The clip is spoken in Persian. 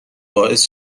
باعث